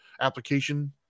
application